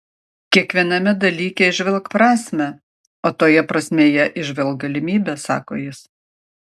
kiekviename dalyke įžvelk prasmę o toje prasmėje įžvelk galimybę sako jis